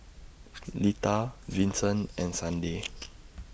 Lita Vincent and Sunday